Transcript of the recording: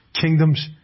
kingdoms